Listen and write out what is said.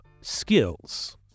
skills